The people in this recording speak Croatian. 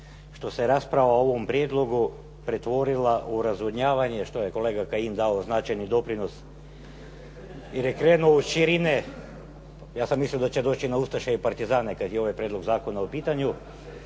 što se rasprava o ovom prijedlogu pretvorila u razvodnjavanje što je kolega Kajin dao značajni doprinos, jer je krenuo od širine. Ja sam mislio da će doći na ustaše i partizane kada je ovaj prijedlog zakona u pitanju.